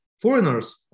foreigners